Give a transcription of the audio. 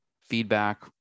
feedback